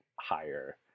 higher